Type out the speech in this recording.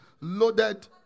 loaded